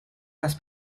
las